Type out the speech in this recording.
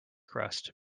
crust